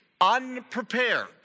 Unprepared